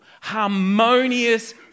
harmonious